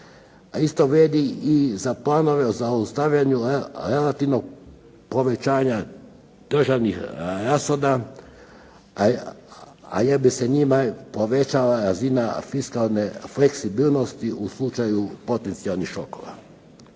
Isto vrijedi i za planove u zaustavljanju relativnog povećanja državnih rashoda, jer bi se njime povećala razina fiskalne fleksibilnosti u slučaju potencijalnih šokova.